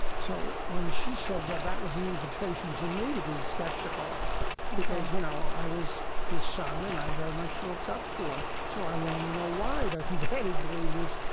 so when she said that, that was an invitation to me to be skeptical ok because, you know, i was his son and i very much looked up to him. so i want to know why doesn't daddy believe this,